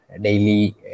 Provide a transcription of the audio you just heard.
daily